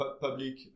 public